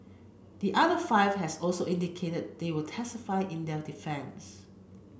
the other five has also indicated they will testify in their defence